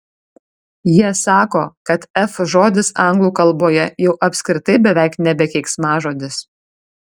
jie sako kad f žodis anglų kalboje jau apskritai beveik nebe keiksmažodis